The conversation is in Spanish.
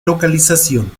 localización